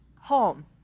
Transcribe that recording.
home